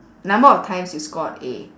number of times you scored A